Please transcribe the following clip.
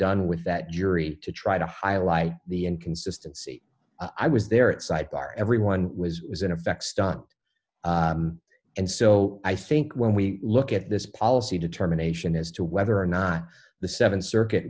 done with that jury to try to highlight the inconsistency i was there at sidebar everyone was it was in effect stunt and so i think when we look at this policy determination as to whether or not the th circuit